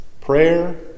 Prayer